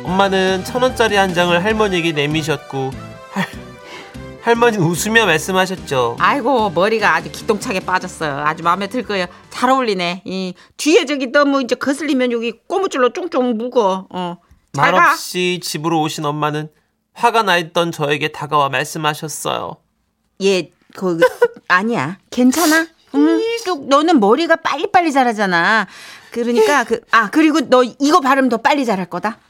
엄마는 천 원짜리 한 장을 할머니에게 내미셨고 할- 할머니는 웃으며 말씀하셨죠. 아이고, 머리가 아주 기똥차게 빠졌어요. 아주 마음에 들 거예요. 잘 어울리네. 이 뒤에 저기 너무 이제 거슬리면 여기 고무줄로 쫑쫑 묶어. 어. 잘 말 가. 없이 집으로 오신 엄마는 화가 나있던 저에게 다가와 말씀하셨어요. 얘, 거, 그, 흐흐. 아니야. 괜찮아? 응. 이씨. 너는 머리가 빨리빨리 자라잖아. 그러니까 이씨. 그- 아, 그리고 너 이거 바르면 더 빨리 자랄 거다.